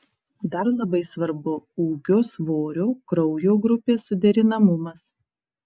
dar labai svarbu ūgio svorio kraujo grupės suderinamumas